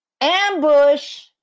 Ambush